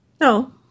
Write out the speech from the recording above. No